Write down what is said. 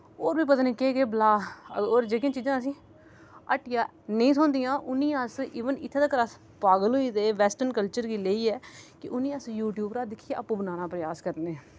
और बी पता निं केह् केह् बला और जेह्कियां चीजां असें हट्टिया नेईं थोहंदियां उनें अस इवन इत्थै तगर अस पागल होई दे वैसटर्न कल्चर गी लेईयै कि उनें अस यू टयूव उप्परा दिखियै आपुं बनाने दा प्रयास करने